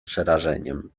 przerażeniem